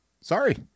Sorry